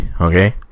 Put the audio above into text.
Okay